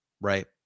right